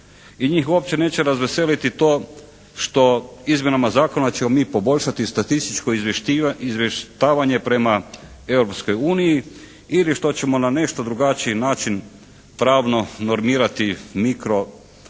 i njih uopće neće razveseliti to što izmjenama zakona ćemo mi poboljšati statističko izvještavanje prema Europskoj uniji ili što ćemo na nešto drugačiji način pravno normirati mikro,